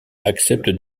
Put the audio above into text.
acceptent